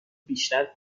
بیشتر